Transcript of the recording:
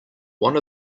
one